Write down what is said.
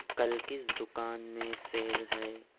کل کس دکان میں سیل ہے